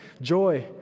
joy